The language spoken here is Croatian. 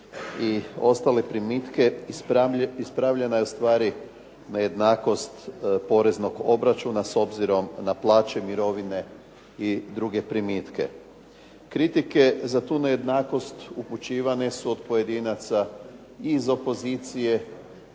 ostale primitke ispravljena je ustvari nejednakost poreznog obračuna s obzirom na plaće, mirovine i druge primitke. Kritike za tu nejednakost upućivane su od pojedinaca i iz opozicije